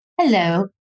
Hello